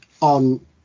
on